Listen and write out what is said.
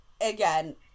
again